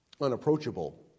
Unapproachable